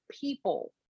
people